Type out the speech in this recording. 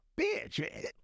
bitch